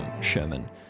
Sherman